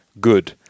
good